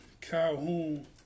Calhoun